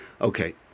Okay